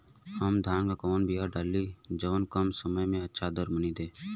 हम धान क कवन बिया डाली जवन कम समय में अच्छा दरमनी दे?